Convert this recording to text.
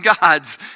gods